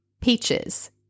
peaches